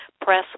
press